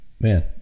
Man